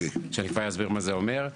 שכבר אסביר מה זה אומר,